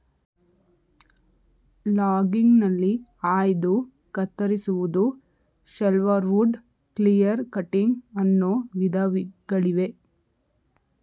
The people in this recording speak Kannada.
ಲಾಗಿಂಗ್ಗ್ನಲ್ಲಿ ಆಯ್ದು ಕತ್ತರಿಸುವುದು, ಶೆಲ್ವರ್ವುಡ್, ಕ್ಲಿಯರ್ ಕಟ್ಟಿಂಗ್ ಅನ್ನೋ ವಿಧಗಳಿವೆ